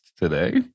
today